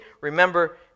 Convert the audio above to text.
remember